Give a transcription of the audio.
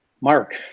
Mark